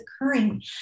occurring